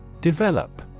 Develop